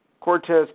Cortez